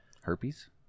Herpes